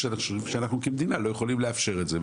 שאנחנו כמדינה לא יכולים לאפשר את זה.